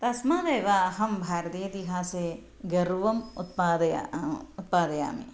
तस्मादेव अहं भारतीय इतिहासे गर्वम् उत्पादयामि उत्पादयामि